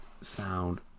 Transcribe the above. sound